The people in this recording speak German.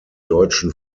deutschen